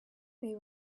they